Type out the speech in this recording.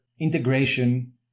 integration